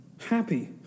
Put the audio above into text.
happy